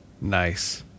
Nice